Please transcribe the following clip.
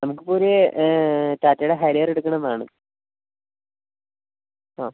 നമുക്കിപ്പം ഒരു ടാറ്റായുടെ ഹരിയർ എടുക്കണമെന്നാണ് ആ